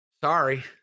Sorry